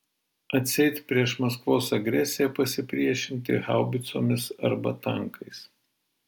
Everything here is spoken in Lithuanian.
atseit prieš maskvos agresiją pasipriešinti haubicomis arba tankais